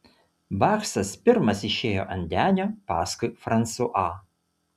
baksas pirmas išėjo ant denio paskui fransuą